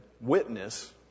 witness